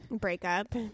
breakup